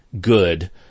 good